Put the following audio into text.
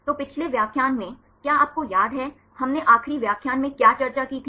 तो पिछले व्याख्यान में क्या आपको याद है हमने आखिरी व्याख्यान में क्या चर्चा की थी